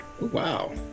wow